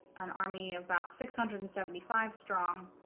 an army about six hundred and seventy five strong